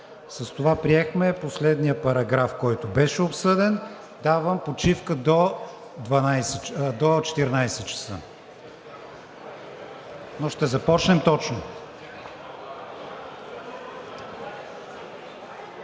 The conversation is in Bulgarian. С това приехме последния параграф, който е обсъден. Давам почивка до 14,00 ч., но ще започнем точно.